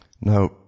Now